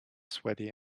sweaty